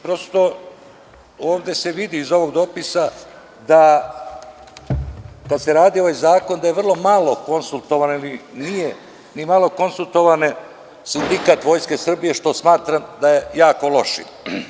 Prosto, ovde se vidi iz ovog dopisa da kada se radio ovaj zakon da je vrlo malo konsultovano ili nije ni malo konsultovan sindikat Vojske Srbije, što smatram da je jako loše.